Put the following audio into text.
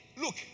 Look